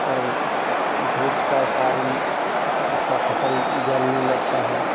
और धूप के कारण उसका फसल जलने लगता है